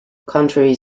contrary